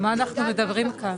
על מה אנחנו מדברים כאן?